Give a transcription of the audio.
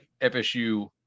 FSU